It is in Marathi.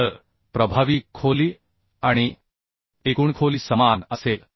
तर प्रभावी खोली आणि एकूण खोली समान असेल